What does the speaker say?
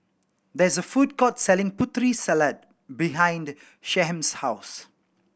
there is a food court selling Putri Salad behind Shyheim's house